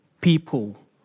people